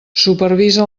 supervisa